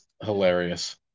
hilarious